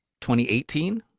2018